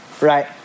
right